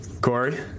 Corey